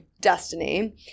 destiny